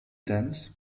dance